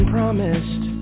promised